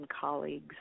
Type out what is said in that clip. colleagues